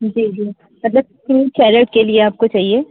जी जी मतलब fruit salad के लिए आपको चाहिए